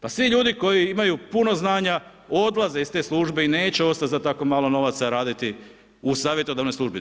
Pa svi ljudi koji imaju puno znanja odlaze iz te službe i neće ostat za tako malo novaca raditi u savjetodavnoj službi.